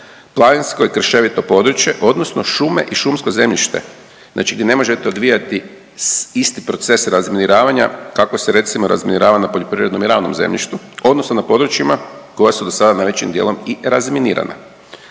planinsko i krševito područje, odnosno šume i šumsko zemljište, znači di ne možete odvijati isti proces razminiravanja kako se recimo razminirava na poljoprivrednom i ravnom zemljištu, odnosno na područjima koja su do sada najvećim dijelom i razminirana.